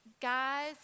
Guys